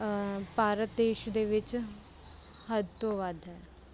ਭਾਰਤ ਦੇਸ਼ ਦੇ ਵਿੱਚ ਹੱਦ ਤੋਂ ਵੱਧ ਹੈ